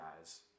guys